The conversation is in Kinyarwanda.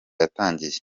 yatangiye